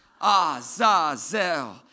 Azazel